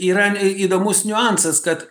yra įdomus niuansas kad